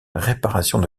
réparations